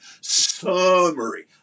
summary